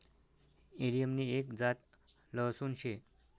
allium नि एक जात लहसून शे